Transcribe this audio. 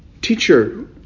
Teacher